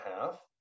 half